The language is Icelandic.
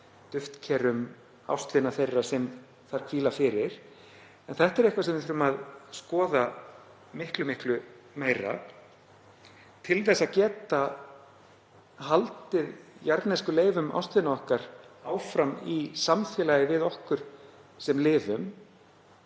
duftker ástvina þeirra sem þar hvíla fyrir. En þetta er eitthvað sem við þurfum að skoða miklu meira til að geta haldið jarðneskum leifum ástvina okkar áfram í samfélagi við okkur sem lifum